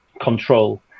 control